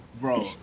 bro